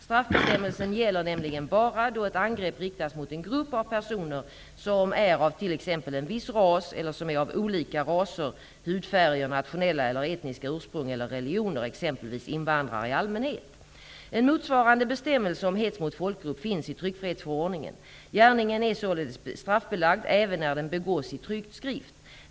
Straffbestämmelsen gäller nämligen bara då ett angrepp riktas mot en grupp av personer som är av t.ex. en viss ras eller som är av olika raser, hudfärger, nationella eller etniska ursprung eller religioner, exempelvis invandrare i allmänhet. En motsvarande bestämmelse om hets mot folkgrupp finns i tryckfrihetsförordningen . Gärningen är således straffbelagd även när den begås i tryckt skrift.